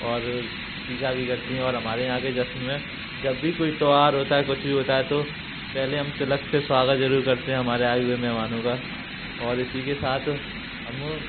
और टीका भी करती हैं और हमारे यहाँ के जश्न में जब भी कोई त्यौहार होता है कुछ भी होता है तो पहले हम तिलक से स्वागत जरूर करते हैं हमारे आए हुए मेहमानों का और इसी के साथ हम